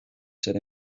ser